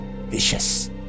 vicious